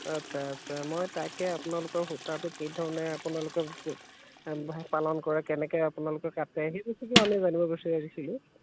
আচ্ছা আচ্ছা মই তাকে আপোনালোকৰ সূতাটো কি ধৰণে আপোনালোকে পালন কৰে কেনেকৈ আপোনালোকে কাটে সেই বস্তুটো আমি জানিব বিচাৰি আহিছিলোঁ